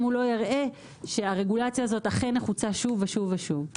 אם הוא לא יראה שהרגולציה אכן נחוצה שוב ושוב-ושוב.